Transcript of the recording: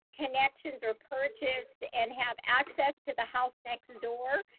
connections are purchased and have access to the house next door.